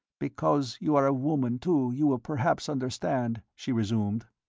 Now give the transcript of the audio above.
because you are a woman, too, you will perhaps understand, she resumed.